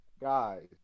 Guys